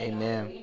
Amen